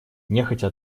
нехотя